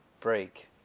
break